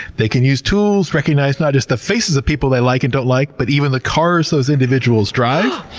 they can use tools, recognize not just the faces of people they like and don't like, but even the cars those individuals drive.